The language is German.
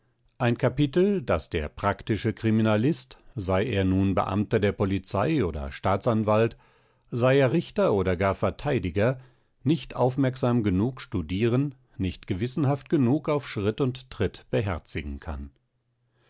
ein kapitel das der praktische kriminalist sei er nun beamter der polizei oder staatsanwalt sei er richter oder gar verteidiger nicht aufmerksam genug studieren nicht gewissenhaft genug auf schritt und tritt beherzigen kann